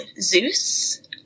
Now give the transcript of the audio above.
Zeus